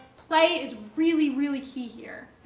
play is really, really key here.